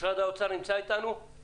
משרד האוצר נמצא איתנו?